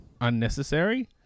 unnecessary